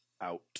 out